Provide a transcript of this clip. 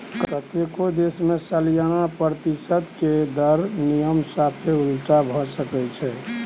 कतेको देश मे सलियाना प्रतिशत दरक नियम साफे उलटा भए सकै छै